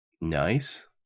nice